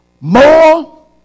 more